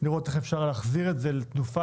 לראות איך אפשר להחזיר את זה לתנופה.